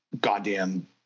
goddamn